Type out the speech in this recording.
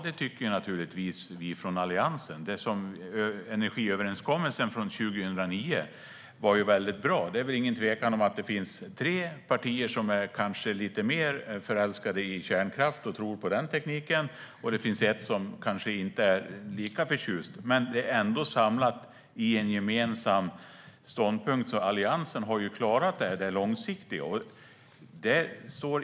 Det tycker naturligtvis vi från Alliansen. Energiöverenskommelsen från 2009 var väldigt bra. Det är väl ingen tvekan om att det finns tre partier som kanske är lite mer förälskade i kärnkraft och tror på den tekniken, och det finns ett som kanske inte är lika förtjust. Men det är ändå samlat i en gemensam ståndpunkt, så Alliansen har klarat det långsiktiga. Fru talman!